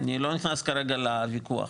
אני לא נכנס כרגע לוויכוח,